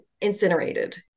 incinerated